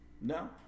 No